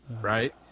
right